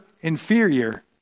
inferior